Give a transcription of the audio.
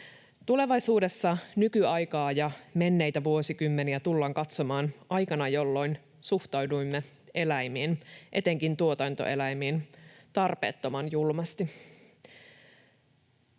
Tulevaisuudessa nykyaikaa ja menneitä vuosikymmeniä tullaan katsomaan aikana, jolloin suhtauduimme eläimiin, etenkin tuotantoeläimiin, tarpeettoman julmasti.